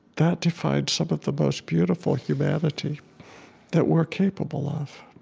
that defines some of the most beautiful humanity that we're capable of.